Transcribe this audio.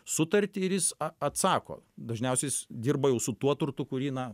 sutartį ir jis a atsako dažniausiai jis dirba jau su tuo turtu kurį na